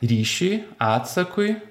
ryšiui atsakui